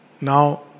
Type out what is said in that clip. now